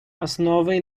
основой